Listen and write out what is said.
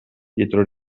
dietro